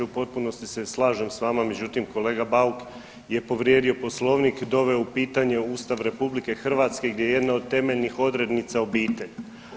U potpunosti se slažem s vama, međutim kolega Bauk je povrijedio poslovnik i doveo u pitanje Ustav RH gdje je jedna od temeljni odrednica obitelj.